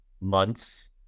months